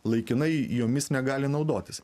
laikinai jomis negali naudotis